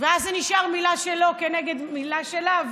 ואז זה נשאר מילה שלו כנגד מילה שלה,